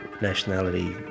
nationality